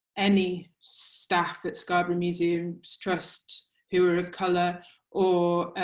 any staff at scarborough museums trust who're colour or